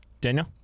Daniel